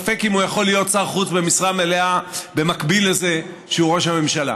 ספק אם הוא יכול להיות שר חוץ במשרה מלאה במקביל לזה שהוא ראש הממשלה.